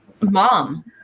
mom